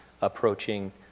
approaching